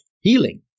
healing